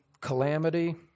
calamity